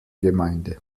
gemeinde